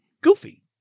goofy